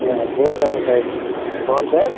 تہٕ بہٕ حظ کَرو تۄہہِ کال بیک